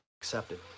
accepted